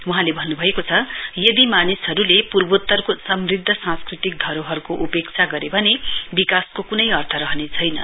वहाँले भन्नुभएको छ यदि मानिसहरूले पूर्वोत्तरको समृद्ध सांस्कृतिक धरोहरको उपेक्षा गरे भने विकासको कुनै अर्थ रहनेछैन